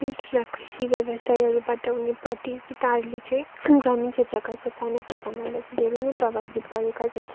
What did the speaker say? ठुल्ठुला कृषि व्यवसायहरूबाट हुने प्रतियोगिताहरूले चाहिँ ग्रामीण क्षेत्रका ससाना किसानहरूलाई चाहिँ धेरै प्रभावित गरेका छन्